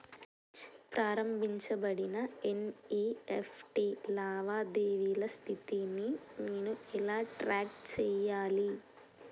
ప్రారంభించబడిన ఎన్.ఇ.ఎఫ్.టి లావాదేవీల స్థితిని నేను ఎలా ట్రాక్ చేయాలి?